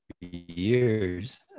years